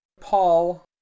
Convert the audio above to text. Paul